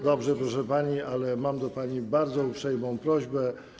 Dobrze, proszę pani, ale mam do pani bardzo uprzejmą prośbę.